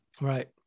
Right